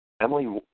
Emily